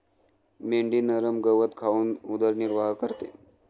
मेंढी नरम गवत खाऊन उदरनिर्वाह करते